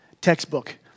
textbook